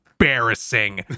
embarrassing